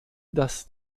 dass